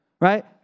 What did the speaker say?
right